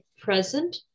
present